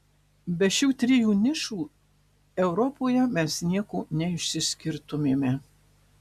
be šių trijų nišų europoje mes nieko neišsiskirtumėme